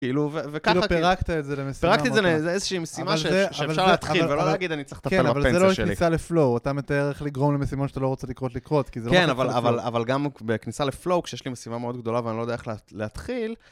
כאילו וככה פירקת את זה למשימה, פירקתי את זה לאיזושהי משימה שאפשר להתחיל ולא להגיד אני צריך לטפל את הפנסה שלי. כן אבל זה לא כניסה לפלואו, אתה מתאר איך לגרום למשימה שאתה לא רוצה לקרות לקרות. כן אבל גם בכניסה לפלואו כשיש לי משימה מאוד גדולה ואני לא יודע איך להתחיל.